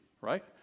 right